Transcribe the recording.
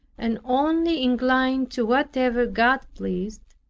and only inclined to whatever god pleased,